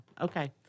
okay